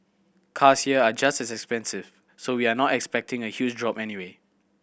cars here are just expensive so we are not expecting a huge drop anyway